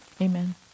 Amen